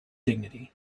dignity